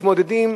מתמודדים,